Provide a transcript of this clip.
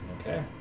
Okay